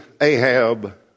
Ahab